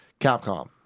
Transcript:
Capcom